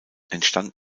entstand